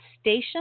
station